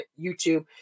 youtube